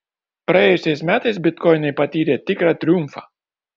praėjusiais metais bitkoinai patyrė tikrą triumfą